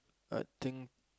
I think